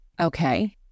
okay